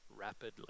rapidly